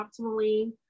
optimally